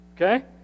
Okay